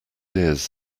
ears